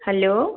hello